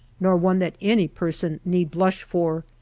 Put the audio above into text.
nor one that any person need blush for.